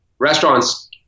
restaurants